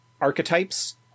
archetypes